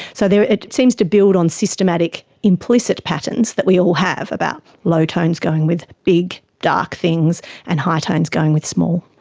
so it seems to build on systematic, implicit patterns that we all have about low tones going with big, dark things and high tones going with small,